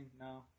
No